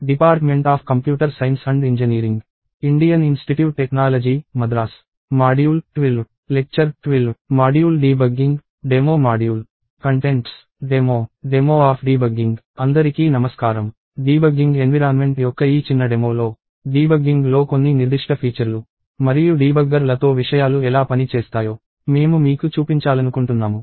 debugging environment యొక్క ఈ చిన్న డెమోలో డీబగ్గింగ్లో కొన్ని నిర్దిష్ట ఫీచర్లు మరియు డీబగ్గర్లతో విషయాలు ఎలా పని చేస్తాయో మేము మీకు చూపించాలనుకుంటున్నాము